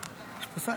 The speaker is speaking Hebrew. יש פה שר?